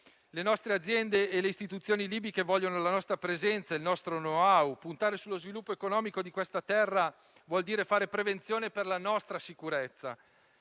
le nostre aziende e le istituzioni libiche vogliono la nostra presenza e il nostro *know-how*. Puntare sullo sviluppo economico di questa terra vuol dire fare prevenzione per la nostra sicurezza.